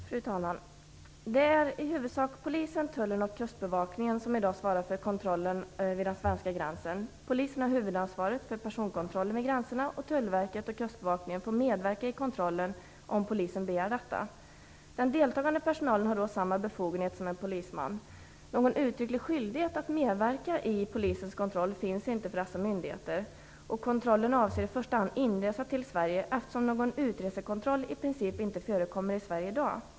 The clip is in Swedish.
Fru talman! Det är i huvudsak polisen, tullen och kustbevakningen som i dag svarar för kontrollen vid den svenska gränsen. Polisen har huvudansvaret för personkontrollen vid gränserna och tullverket och kustbevakningen får medverka i kontrollen om polisen begär detta. Den deltagande personalen har då samma befogenheter som en polisman. Någon uttrycklig skyldighet att medverka i polisens kontroll finns inte för dessa myndigheter. Kontrollen avser i första hand inresa till Sverige, eftersom någon utresekontroll i princip inte förekommer i Sverige i dag.